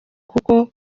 kuko